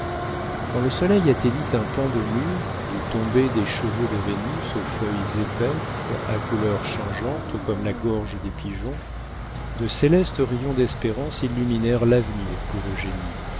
quand le soleil atteignit un pan de mur d'où tombaient des cheveux de vénus aux feuilles épaisses à couleurs changeantes comme la gorge des pigeons de célestes rayons d'espérance illuminèrent l'avenir pour eugénie